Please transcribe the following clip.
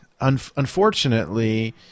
unfortunately